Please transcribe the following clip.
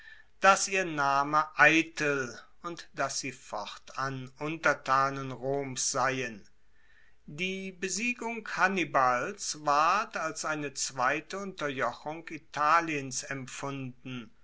dass ihr name eitel und dass sie fortan untertanen roms seien die besiegung hannibals ward als eine zweite unterjochung italiens empfunden